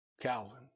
Calvin